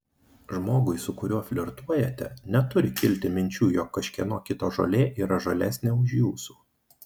žmogui su kuriuo flirtuojate neturi kilti minčių jog kažkieno kito žolė yra žalesnė už jūsų